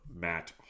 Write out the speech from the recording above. Matt